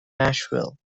nashville